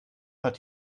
hat